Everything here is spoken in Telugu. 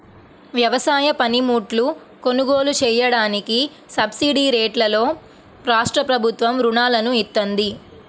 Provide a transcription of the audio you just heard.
వ్యవసాయ పనిముట్లు కొనుగోలు చెయ్యడానికి సబ్సిడీరేట్లలో రాష్ట్రప్రభుత్వం రుణాలను ఇత్తంది